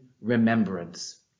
remembrance